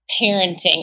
parenting